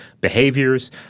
behaviors